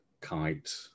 kite